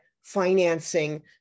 financing